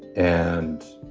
and